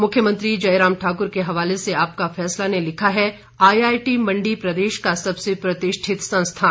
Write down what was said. मुख्यमंत्री जयराम ठाक्र के हवाले से आपका फैसला ने लिखा है आईआईटी मंडी प्रदेश का सबसे प्रतिष्ठित संस्थान